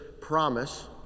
promise